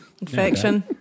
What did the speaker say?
Infection